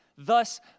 Thus